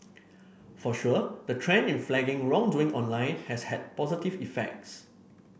for sure the trend in flagging wrongdoing online has had positive effects